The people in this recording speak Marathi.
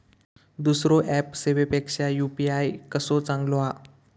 दुसरो ऍप सेवेपेक्षा यू.पी.आय कसो चांगलो हा?